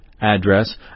address